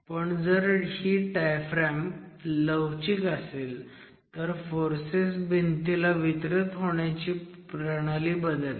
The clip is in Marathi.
पण जर ही डायफ्रॅम जर लवचिक असेल तर फोर्सेस भिंतीला वितरित होण्याची प्रणाली बदलते